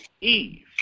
Eve